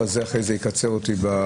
אבל זה יקצר את ההמשך.